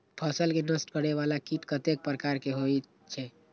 फसल के नष्ट करें वाला कीट कतेक प्रकार के होई छै?